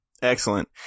Excellent